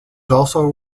also